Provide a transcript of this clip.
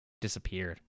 disappeared